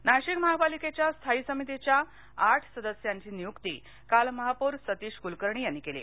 निवड नाशिक महापालिकेच्या स्थायी समितीच्या आठ सदस्यांची नियुक्ती काल महापौर सतीश कुलकर्णी यांनी केली